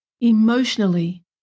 emotionally